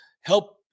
help